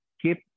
keep